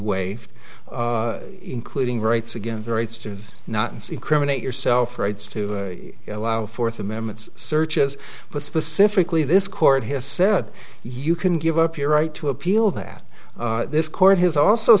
waived including rights again the rights to is not and see criminal yourself rights to allow fourth amendment searches but specifically this court has said you can give up your right to appeal that this court has also